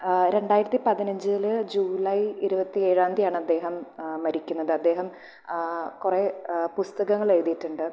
രണ്ടായിരത്തി പതിനഞ്ചിൽ ജൂലൈ ഇരുപത്തി ഏഴാം തീയതിയാണ് അദ്ദേഹം മരിക്കുന്നത് അദ്ദേഹം കുറെ പുസ്തകങ്ങൾ എഴുതിയിട്ടുണ്ട്